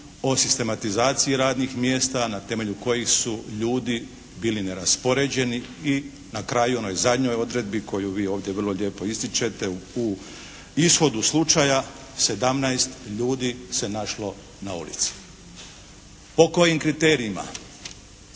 o sistematizaciji radnih mjesta na temelju kojih su ljudi bili neraspoređeni. I na kraju, u onoj zadnjoj odredbi koju vi ovdje vrlo lijepo ističete u ishodu slučaja sedamnaest ljudi se našlo na ulici. Po kojim kriterijima?